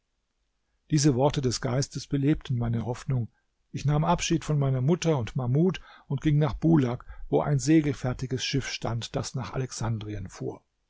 diese worte des geistes belebten meine hoffnung ich nahm abschied von meiner mutter und mahmud und ging nach bulak wo ein segelfertiges schiff stand das nach alexandrien fuhr